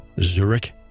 Zurich